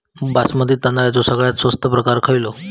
बासमती तांदळाचो सगळ्यात स्वस्त प्रकार खयलो?